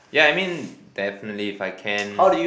ya I mean definitely if I can